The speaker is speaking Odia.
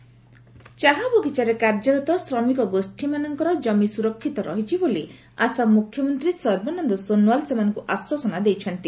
ଆସାମ ସିଏମ୍ ଚାହା ବଗିଚାରେ କାର୍ଯ୍ୟରତ ଶ୍ରମିକ ଗୋଷ୍ଠୀମାନଙ୍କର କମି ସୁରକ୍ଷିତ ରହିଛି ବୋଲି ଆସାମ ମୁଖ୍ୟମନ୍ତ୍ରୀ ସର୍ବାନନ୍ଦ ସୋନୱାଲ ସେମାନଙ୍କୁ ଆଶ୍ୱାସନ ଦେଇଛନ୍ତି